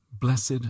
Blessed